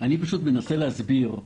אני מנסה להסביר,